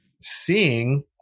seeing